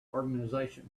organization